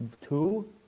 two